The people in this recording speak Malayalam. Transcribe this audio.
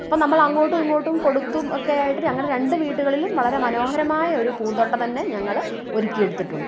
അപ്പം നമ്മൾ അങ്ങോട്ടുമിങ്ങോട്ടും കൊടുത്തും ഒക്കെയായിട്ട് അങ്ങനെ രണ്ടു വീടുകളിലും വളരെ മനോഹരമായ ഒരു പൂന്തോട്ടം തന്നെ ഞങ്ങൾ ഒരുക്കി എടുത്തിട്ടുണ്ട്